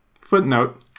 Footnote